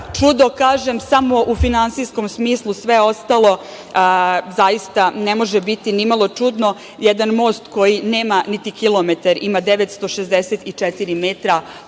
kažem samo u finansijskom smislu, sve ostalo zaista ne može biti nimalo čudno. Jedan most koji nema niti kilometar, ima 964 metra,